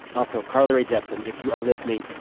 also, carly rae jepsen, if you are listening,